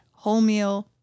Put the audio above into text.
wholemeal